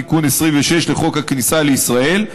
תיקון 26 לחוק הכניסה לישראל,